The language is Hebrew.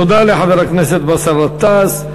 תודה לחבר הכנסת באסל גטאס.